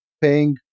paying